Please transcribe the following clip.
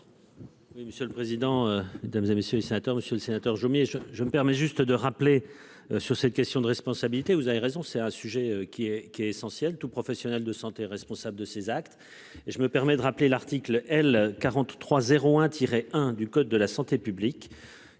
monsieur le président, Mesdames, et messieurs les sénateurs, Monsieur le Sénateur, je, je me permets juste de rappeler sur cette question de responsabilité. Vous avez raison, c'est un sujet qui est, qui est essentiel. Tout professionnel de santé responsable de ses actes et je me permets de rappeler l'article L 43 01 tirer 1 du code de la santé publique